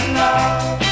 love